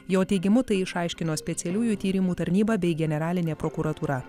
jo teigimu tai išaiškino specialiųjų tyrimų tarnyba bei generalinė prokuratūra